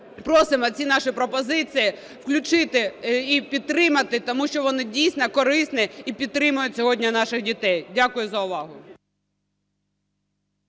Просимо ці наші пропозиції включити і підтримати, тому що вони дійсно корисні і підтримують сьогодні наших дітей. Дякую за увагу.